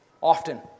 often